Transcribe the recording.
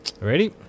Ready